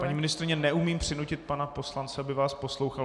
Paní ministryně, neumím přinutit pana poslance, aby vás poslouchal.